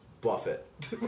Buffett